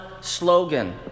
slogan